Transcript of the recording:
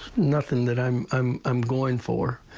nothing that i'm i'm i'm going for.